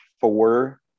four